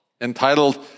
entitled